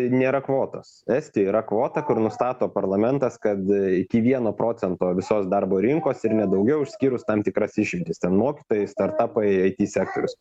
nėra kvotos estijoj yra kvota kur nustato parlamentas kad iki vieno procento visos darbo rinkos ir ne daugiau išskyrus tam tikras išimtis ten mokytojai startapai it sektorius